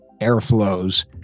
airflows